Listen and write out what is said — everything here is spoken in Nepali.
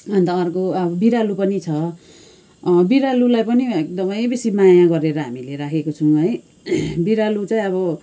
अन्त अर्को बिरालो पनि छ बिरालोलाई पनि एकदमै बेसी माया गरेर हामीले राखेको छौँ है बिरालो चाहिँ अब